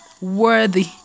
worthy